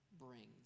brings